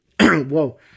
Whoa